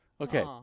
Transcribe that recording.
Okay